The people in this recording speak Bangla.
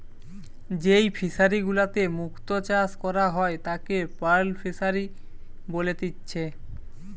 যেই ফিশারি গুলাতে মুক্ত চাষ করা হয় তাকে পার্ল ফিসারী বলেতিচ্ছে